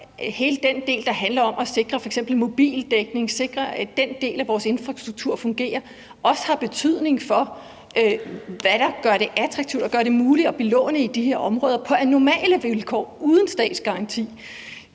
hele den del, der handler om at sikre f.eks. mobildækning, sikre, at den del af vores infrastruktur fungerer, derfor også har betydning for, hvad der gør det attraktivt og gør det muligt at belåne i de her områder på normale vilkår uden statsgaranti.